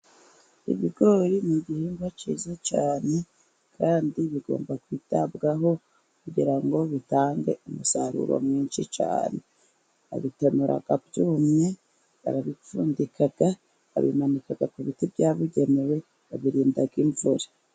Ibigori ni igihingwa cyiza cyane kandi bigomba kwitabwaho kugira ngo bitange umusaruro mwinshi cyane. Babitonora byumye, barabipfundika, babimanika ku biti byabugenewe, babirinda imvura.